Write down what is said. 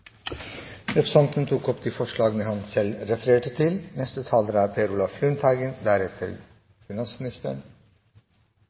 Representanten Ketil Solvik-Olsen har tatt opp de forslagene han refererte til.